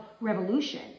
revolution